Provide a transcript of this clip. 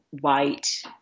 white